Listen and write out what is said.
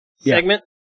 segment